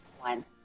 one